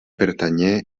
pertanyé